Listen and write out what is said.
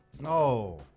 No